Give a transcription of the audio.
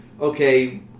okay